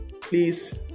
Please